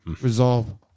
resolve